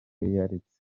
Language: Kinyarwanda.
yaretse